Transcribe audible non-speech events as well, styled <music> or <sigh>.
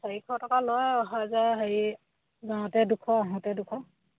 চাৰিশ টকা লয় <unintelligible> যাওঁতে দুশ আহোঁতে দুশ